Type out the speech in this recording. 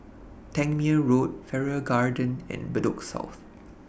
Tangmere Road Farrer Garden and Bedok South